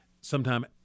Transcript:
sometime